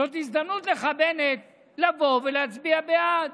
זאת הזדמנות שלך, בנט, לבוא ולהצביע בעד.